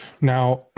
Now